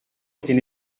était